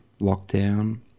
lockdown